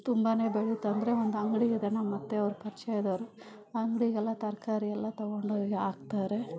ತುಂಬಾನೇ ಬೆಳೆಯುತ್ತೆ ಅಂದರೆ ಒಂದಂಗಡಿ ಇದೆ ನಮ್ಮತ್ತೆಯವ್ರ ಪರಿಚಯದವ್ರು ಆ ಅಂಗಡಿಗೆಲ್ಲ ತರಕಾ ಎಲ್ಲ ತಗೊಂಡೋಗಿ ಹಾಕ್ತಾರೆ